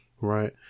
right